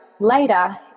later